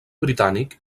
britànic